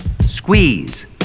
Squeeze